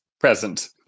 present